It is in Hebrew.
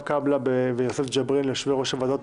קאבלה וביוסף ג'בארין ליושבי-ראש הוועדות,